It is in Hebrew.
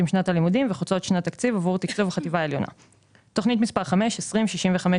התקשרויות חוצות שנת תקציב בפעילויות של תוכנית החומש לקידום החינוך